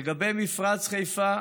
לגבי מפרץ חיפה,